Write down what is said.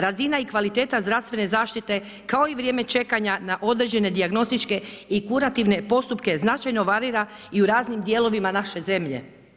Razina i kvaliteta zdravstvene zaštite, kao i vrijeme čekanja na određene dijagnostičke i kurativne postupke značajno varira i u raznim dijelovima naše zemlje.